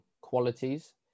qualities